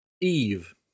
Eve